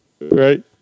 Right